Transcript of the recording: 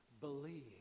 Believe